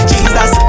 Jesus